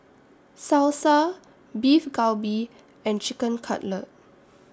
Salsa Beef Galbi and Chicken Cutlet